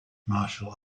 martial